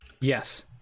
Yes